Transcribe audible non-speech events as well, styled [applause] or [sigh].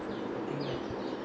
[laughs]